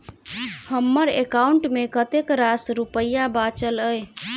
हम्मर एकाउंट मे कतेक रास रुपया बाचल अई?